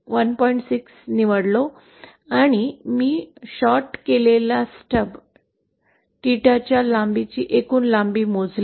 6 निवडले आणि मी शॉर्ट केलेल्या स्टब 𝜽 च्या लांबीची एकूण लांबी मोजली